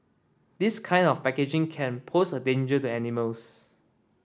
this kind of packaging can pose a danger to animals